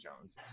Jones